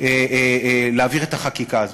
להעביר את החקיקה הזאת.